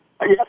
Yes